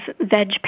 veg